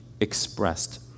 expressed